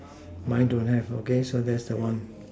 mine don't have okay so that's the one